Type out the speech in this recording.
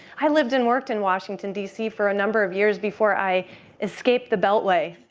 i lived and worked in washington dc for a number of years before i escaped the beltway